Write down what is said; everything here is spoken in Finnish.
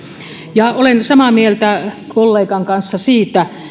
olen samaa mieltä kollegan